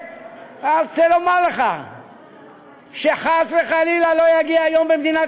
אני רוצה לומר לך שחס וחלילה לא יגיע יום במדינת